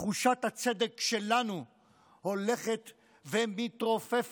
תחושת הצדק שלנו הולכת ומתרופפת.